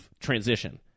transition